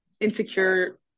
insecure